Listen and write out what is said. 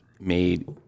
made